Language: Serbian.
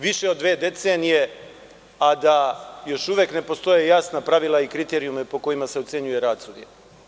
Više od dve decenije, a da još uvek ne postoje jasna pravila i kriterijumi po kojima se ocenjuje rad sudija.